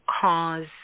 cause